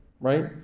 Right